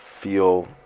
feel